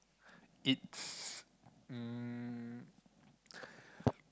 it's um